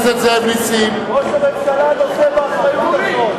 ראש הממשלה נושא באחריות הזאת.